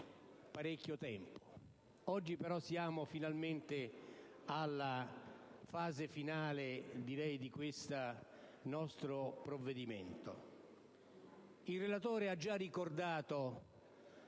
parecchio tempo. Oggi però siamo finalmente giunti alla fase finale di questo provvedimento. Il relatore ha già ricordato